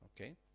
Okay